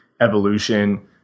evolution